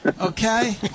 Okay